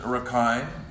Rakhine